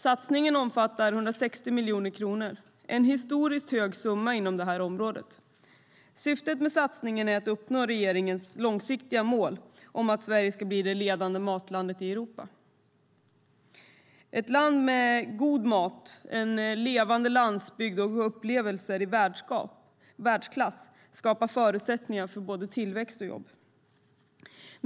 Satsningen omfattar 160 miljoner kronor. Det är en historiskt hög summa inom det här området. Syftet med satsningen är att uppnå regeringens långsiktiga mål om att Sverige ska bli det ledande matlandet i Europa. Ett land med god mat, en levande landsbygd och upplevelser i världsklass skapar förutsättningar för både tillväxt och jobb.